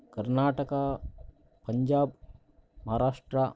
Karnataka Punjab Maharashtra